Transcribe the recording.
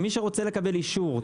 מי שרוצה לקבל אישור,